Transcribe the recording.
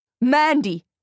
Mandy